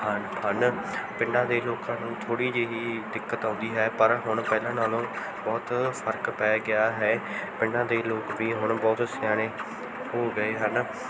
ਹਨ ਪਿੰਡਾਂ ਦੇ ਲੋਕਾਂ ਨੂੰ ਥੋੜ੍ਹੀ ਜਿਹੀ ਦਿੱਕਤ ਆਉਂਦੀ ਹੈ ਪਰ ਹੁਣ ਪਹਿਲਾਂ ਨਾਲੋਂ ਬਹੁਤ ਫਰਕ ਪੈ ਗਿਆ ਹੈ ਪਿੰਡਾਂ ਦੇ ਲੋਕ ਵੀ ਹੁਣ ਬਹੁਤ ਸਿਆਣੇ ਹੋ ਗਏ ਹਨ